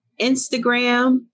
Instagram